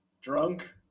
drunk